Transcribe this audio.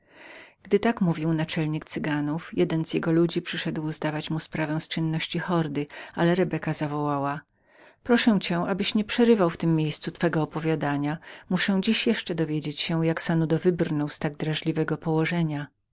gdy tak mówił naczelnik cyganów jeden z jego ludzi przyszedł zdawać mu sprawę z czynności hordy ale rebeka zawołała proszę cię abyś nie przerywał w tem miejscu twego opowiadania muszę dziś jeszcze dowiedzieć się jak sanudo wybrnął z tak draźliwego położenia